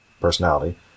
personality